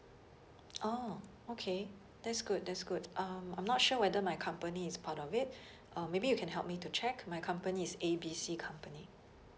orh okay that's good that's good um I'm not sure whether my company is part of it um maybe you can help me to check my company is A B C company